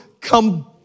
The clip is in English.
come